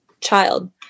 child